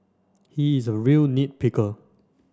he is a real nit picker